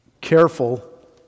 Careful